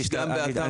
אני אשמח להתייחס,